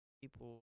people